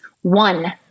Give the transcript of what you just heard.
one